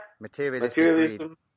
Materialism